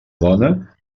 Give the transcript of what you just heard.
dona